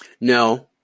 No